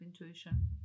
intuition